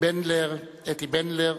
אתי בנדלר.